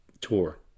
tour